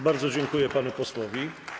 Bardzo dziękuję panu posłowi.